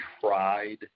tried